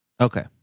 Okay